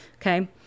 Okay